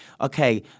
Okay